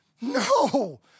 No